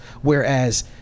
Whereas